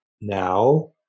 now